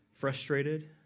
frustrated